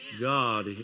God